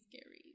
scary